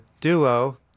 duo